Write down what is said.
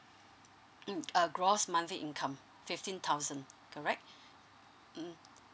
mm uh gross monthly income fifteen thousand correct mm